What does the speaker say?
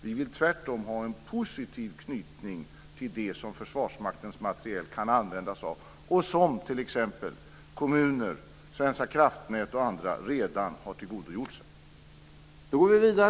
Vi vill tvärtom ha en positiv knytning till det som Försvarsmaktens materiel kan användas till, något som t.ex. kommuner, Svenska Kraftnät och andra redan har tillgodogjort sig.